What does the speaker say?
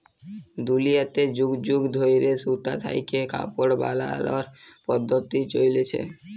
দুলিয়াতে যুগ যুগ ধইরে সুতা থ্যাইকে কাপড় বালালর পদ্ধতি চইলছে